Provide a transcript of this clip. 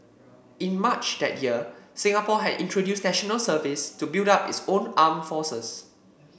in March that year Singapore had introduced National Service to build up its own armed forces